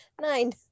Nine